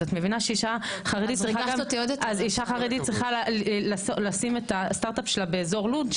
אז את מבינה שאישה חרדית צריכה לשים את הסטארט-אפ שלה באזור לוד,